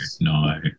no